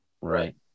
right